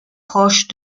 proche